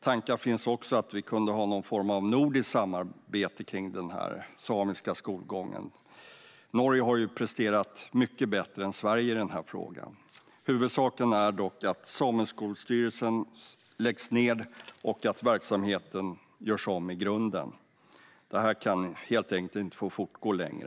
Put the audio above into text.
Tankar finns också om att vi kunde ha någon form av nordiskt samarbete kring den samiska skolgången. Norge har ju presterat mycket bättre än Sverige i denna fråga. Huvudsaken är dock att Sameskolstyrelsen läggs ned och att verksamheten görs om i grunden. Det här kan helt enkelt inte få fortgå längre.